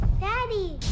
Daddy